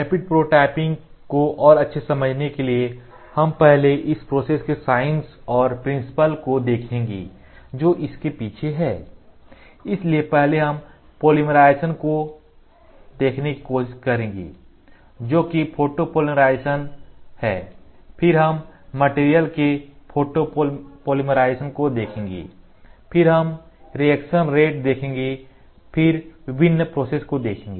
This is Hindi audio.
रैपिड प्रोटोटाइपिंग प्रोसेस को और अच्छे से समझने के लिए हम पहले इस प्रोसेस के साइंस और प्रिंसिपल principal सिद्धांत को देखेंगे जो इसके पीछे है इसलिए पहले हम पॉलीमराइज़ेशन को देखने की कोशिश करेंगे जो कि फोटोपॉइलाइज़ेशन है फिर हम मटेरियल materials पदार्थों के फोटोपॉलीमराइजेशन को देखेंगे फिर हम रिएक्शन रेट देखेंगे और फिर विभिन्न प्रोसेस को देखेंगे